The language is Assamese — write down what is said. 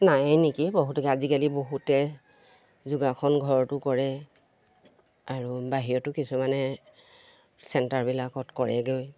নায়েই নেকি বহুতকে আজিকালি বহুতে যোগাসন ঘৰতো কৰে আৰু বাহিৰতো কিছুমানে চেণ্টাৰবিলাকত কৰেগৈ